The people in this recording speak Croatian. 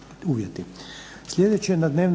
uvjeti.